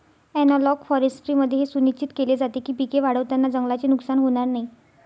analogue फॉरेस्ट्रीमध्ये हे सुनिश्चित केले जाते की पिके वाढवताना जंगलाचे नुकसान होणार नाही